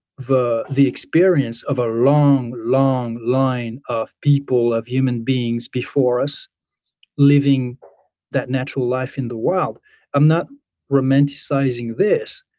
the the experience of a long, long line of people, of human beings before us living that natural life in the wild i'm not romanticizing this.